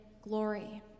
glory